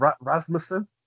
Rasmussen